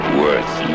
worth